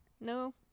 No